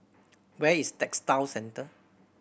where is Textile Centre